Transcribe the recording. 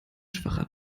schwacher